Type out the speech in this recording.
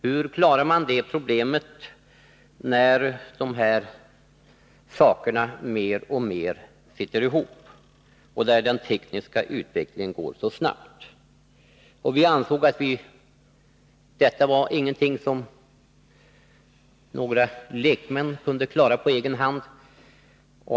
Hur klarar man det problemet när de här sakerna mer och mer sitter ihop och när den tekniska utvecklingen går så snabbt? Vi ansåg att detta inte var någonting som lekmän kunde klara på egen hand.